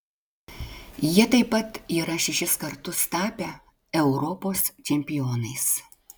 jie taip pat yra šešis kartus tapę europos čempionais